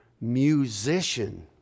musician